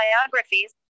Biographies